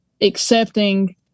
accepting